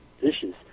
dishes